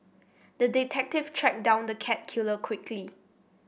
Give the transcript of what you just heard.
the detective tracked down the cat killer quickly